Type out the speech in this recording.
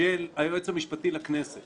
של היועץ המשפטי לכנסת